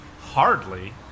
Hardly